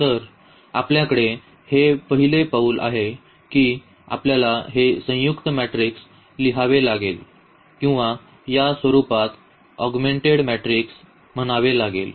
तर आपल्याकडे हे पहिले पाऊल आहे की आपल्याला हे संयुक्त मेट्रिक्स लिहावे लागेल किंवा या स्वरुपात ऑगमेंटेड मॅट्रिक्स म्हणावे लागेल